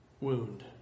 wound